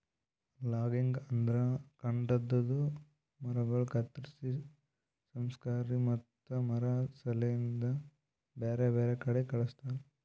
logging ಅಂದುರ್ ಕಾಡದಾಂದು ಮರಗೊಳ್ ಕತ್ತುರ್ಸಿ, ಸಂಸ್ಕರಿಸಿ ಮತ್ತ ಮಾರಾ ಸಲೆಂದ್ ಬ್ಯಾರೆ ಬ್ಯಾರೆ ಕಡಿ ಕಳಸ್ತಾರ